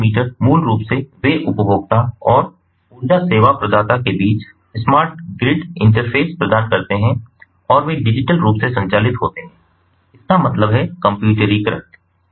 तो smart meter मूल रूप से वे उपभोक्ता और ऊर्जा सेवा प्रदाता के बीच स्मार्ट ग्रिड इंटरफ़ेस प्रदान करते हैं और वे डिजिटल रूप से संचालित होते हैं इसका मतलब है कम्प्यूटरीकृत